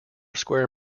square